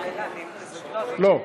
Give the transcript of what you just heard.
לא,